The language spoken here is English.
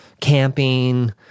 camping